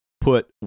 put